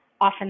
often